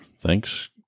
thanks